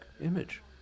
image